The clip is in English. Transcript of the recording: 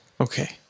Okay